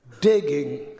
digging